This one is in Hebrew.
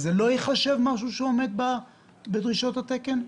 זה לא ייחשב משהו שעומד בדרישות התקן?